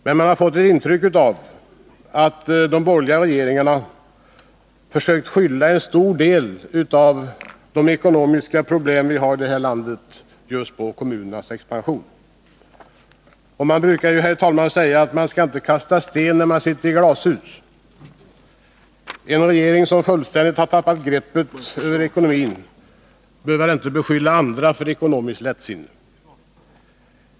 Men man har fått ett intryck av att de borgerliga regeringarna försökt skylla en stor del av de ekonomiska problem vi har i detta land just på kommunernas expansion. Man brukar, herr talman, säga att man inte skall kasta sten när man sitter i glashus. En regering som fullständigt har tappat greppet över ekonomin bör inte beskylla andra för ekonomiskt lättsinne.